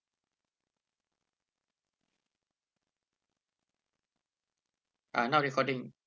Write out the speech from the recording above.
uh not recording